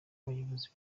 abayobozi